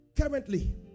Currently